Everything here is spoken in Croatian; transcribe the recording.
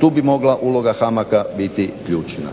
tu bi mogla uloga HAMAG-a biti ključna.